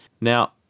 Now